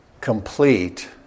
complete